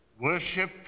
worship